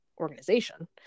organization